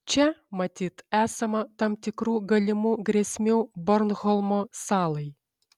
čia matyt esama tam tikrų galimų grėsmių bornholmo salai